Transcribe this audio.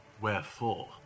Wherefore